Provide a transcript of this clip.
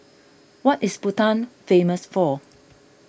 what is Bhutan famous for